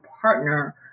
partner